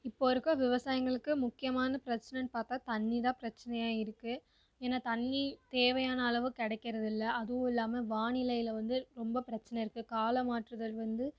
இப்போ இருக்க விவசாயிங்களுக்கு முக்கியமான பிரச்சனை பார்த்தா தண்ணி தான் பிரச்சனையாக இருக்கு ஏன்னா தண்ணி தேவையான அளவு கிடைக்கிறதில்ல அதுவும் இல்லாம வானிலையில் வந்து ரொம்ப பிரச்சனை இருக்கு காலமாற்றுதல் வந்து